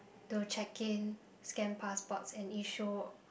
to check in scan passport and issue